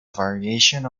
variation